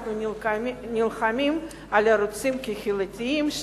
אנחנו נלחמים על ערוצים קהילתיים,